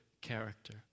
character